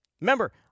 Remember